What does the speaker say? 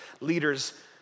leaders